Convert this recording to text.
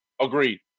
agreed